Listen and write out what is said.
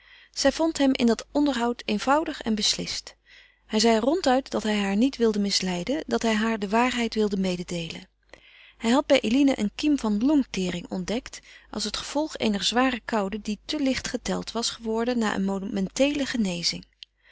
zij vond hem in dat onderhoud eenvoudig en beslist hij zeide ronduit dat hij haar niet wilde misleiden dat hij haar de waarheid wilde mededeelen hij had bij eline een kiem van longtering ontdekt als het gevolg eener zware koude die te licht geteld was geworden na een momenteele genezing